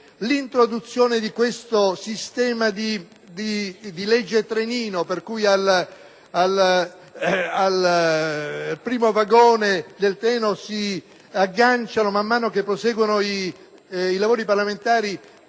l'introduzione di questo sistema di legge "trenino" per cui al primo vagone si agganciano, man mano che proseguono i lavori parlamentari,